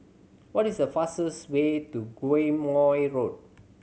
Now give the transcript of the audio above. what is the fastest way to Quemoy Road